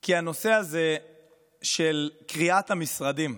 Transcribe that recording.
כי הנושא הזה של קריעת המשרדים,